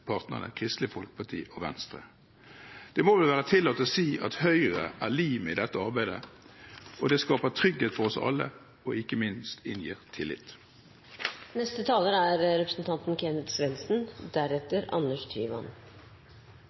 samarbeidspartnerne Kristelig Folkeparti og Venstre. Det må vel være tillatt å si at Høyre er limet i dette arbeidet. Det skaper trygghet for oss alle, og ikke minst inngir det tillit. La meg slå fast at det ikke er